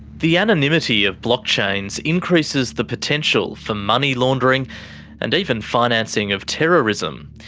the anonymity of blockchains increases the potential for money laundering and even financing of terrorism.